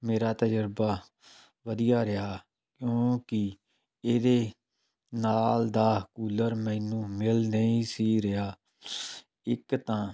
ਮੇਰਾ ਤਜਰਬਾ ਵਧੀਆ ਰਿਹਾ ਕਿਉਂਕਿ ਇਹਦੇ ਨਾਲ ਦਾ ਕੂਲਰ ਮੈਨੂੰ ਮਿਲ ਨਹੀਂ ਸੀ ਰਿਹਾ ਇੱਕ ਤਾਂ